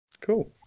cool